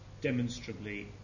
demonstrably